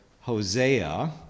Hosea